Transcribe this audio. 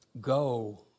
go